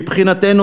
מבחינתנו,